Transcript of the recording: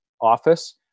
office